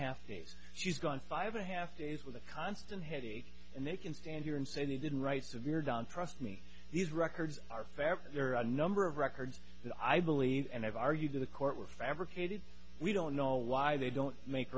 half days she's gone five a half days with a constant headache and they can stand here and say they didn't write severe down trust me these records are fair there are a number of records that i believe and have argued to the court were fabricated we don't know why they don't make